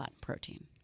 protein